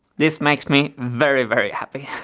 this makes me very, very happy.